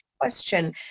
question